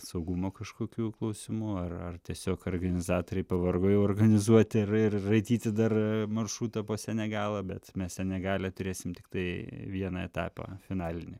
saugumo kažkokių klausimų ar ar tiesiog organizatoriai pavargo jau organizuoti ir ir raityti dar maršrutą po senegalą bet mes senegale turėsim tiktai vieną etapą finalinį